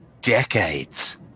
Decades